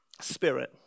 Spirit